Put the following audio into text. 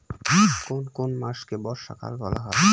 কোন কোন মাসকে বর্ষাকাল বলা হয়?